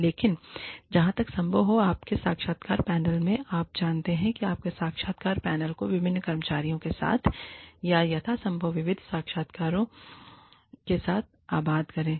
लेकिन जहाँ तक संभव हो आपके साक्षात्कार पैनल में आप जानते हैं कि आपके साक्षात्कार पैनल को विभिन्न कर्मचारियों के साथ या यथासंभव विविध साक्षात्कारकर्ताओं के साथ आबाद करें